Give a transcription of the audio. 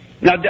now